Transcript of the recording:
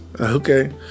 Okay